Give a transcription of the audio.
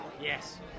Yes